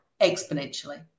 exponentially